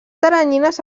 teranyines